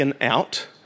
out